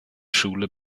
schule